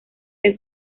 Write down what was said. que